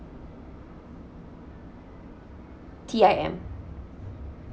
T_I_M